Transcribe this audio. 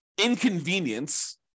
inconvenience